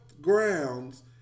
grounds